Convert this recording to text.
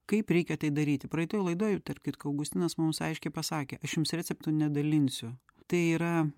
kaip reikia tai daryti praeitoj laidoj tarp kitko augustinas mums aiškiai pasakė aš jums receptų nedalinsiu tai yra